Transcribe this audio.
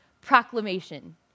proclamation